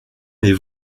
allez